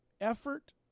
effort